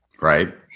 Right